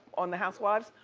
on the housewives,